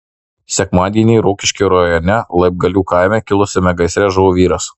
sekmadienį rokiškio rajone laibgalių kaime kilusiame gaisre žuvo vyras